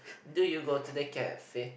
do you go to the cafe